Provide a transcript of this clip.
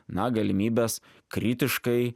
na galimybės kritiškai